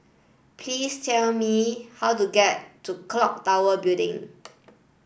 please tell me how to get to Clock Tower Building